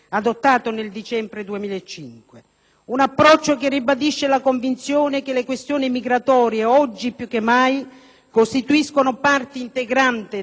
approccio ribadisce la convinzione che le questioni migratorie, oggi più che mai, costituiscono parte integrante delle relazioni esterne dell'Unione